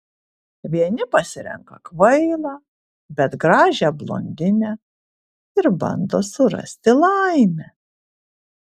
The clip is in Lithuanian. vieni pasirenka kvailą bet gražią blondinę ir bando surasti laimę